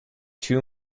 two